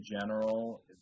general